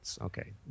Okay